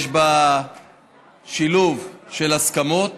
יש בה שילוב של הסכמות